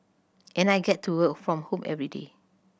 and I get to work from home everyday